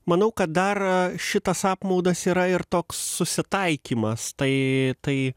manau kad dar šitas apmaudas yra ir toks susitaikymas tai tai